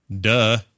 Duh